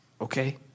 Okay